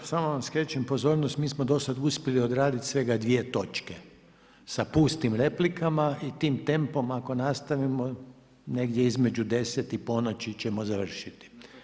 Evo, samo vam skrećem pozornost, mi smo do sada uspjeli odraditi svega 2 točke, sa pustim replikama i tim tempom ako nastavimo negdje između 22 i ponoći ćemo završiti.